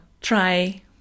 try